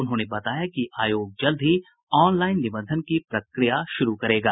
उन्होंने बताया कि आयोग जल्द ही ऑनलाइन निबंधन की प्रक्रिया भी शुरू करेगा